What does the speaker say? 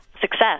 success